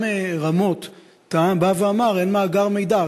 גם רמו"ט אמרה: אין מאגר מידע.